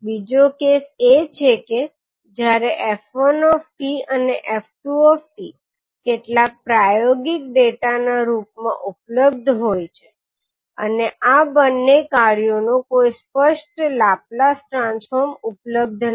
બીજો કેસ એ છે કે જ્યારે f1 𝑡 અને 𝑓2 𝑡 કેટલાક પ્રાયોગિક ડેટાના રૂપમાં ઉપલબ્ધ હોય છે અને આ બંને કાર્યોનો કોઈ સ્પષ્ટ લાપ્લાસ ટ્રાન્સફોર્મ ઉપલબ્ધ નથી